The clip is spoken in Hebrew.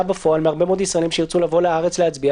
בפועל מהרבה מאוד ישראלים שירצו בכך לבוא ולהצביע?